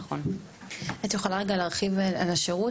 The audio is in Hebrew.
את יכולה להרחיב על השירות?